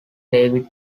david